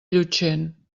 llutxent